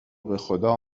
بخدا